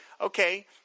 okay